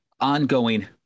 ongoing